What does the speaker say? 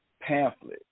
pamphlet